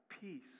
peace